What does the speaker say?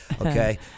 okay